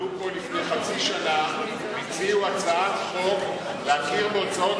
עמדו פה לפני חצי שנה והציעו הצעת חוק להכיר בהוצאות